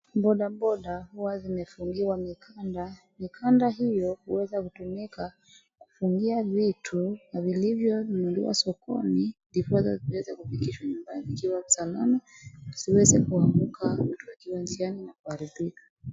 Bodaboda hua zimefungiwa mikanda, mikanda hiyo hueza kutumika kufungia vitu vilivyonunuliwa sokoni ndiposa ziweze kufikishwa nyumbani zikiwa salama zisiweze kuanguka mtu akiwa njiani na kuharibika.